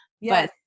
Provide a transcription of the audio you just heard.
Yes